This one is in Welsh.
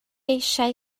eisiau